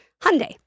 Hyundai